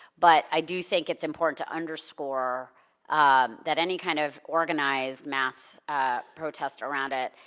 but i do think it's important to underscore that any kind of organized mass protest around it,